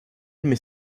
mais